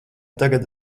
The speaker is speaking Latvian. tagad